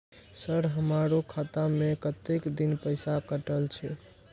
Sir हमारो खाता में कतेक दिन पैसा कटल छे?